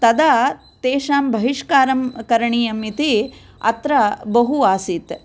तदा तेषां बहिश्कारं करणीयम् इति अत्र बहु आसीत्